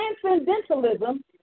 transcendentalism